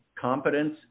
competence